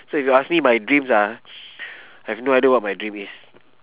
so you ask me my dreams ah I've no idea what my dream is